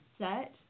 set